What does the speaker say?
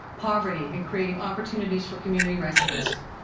poverty, and creating opportunities for community residents.